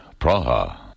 Praha